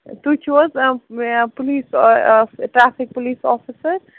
تُہۍ چھُو حظ پُلیٖس ٹرٛیفِک پُلیٖس آفِسَر